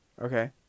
Okay